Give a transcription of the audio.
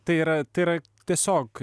tai yra tai yra tiesiog